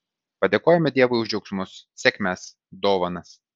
padėkojame dievui už džiaugsmus sėkmes dovanas